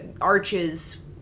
arches